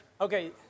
Okay